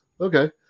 Okay